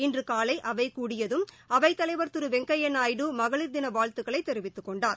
இன்றுகாலைஅவைகூடியதும் அவைத்தலைவர் திருவெங்கையாநாயுடு மகளிர் தினவாழ்த்துக்களைத் தெரிவித்துக் கொண்டார்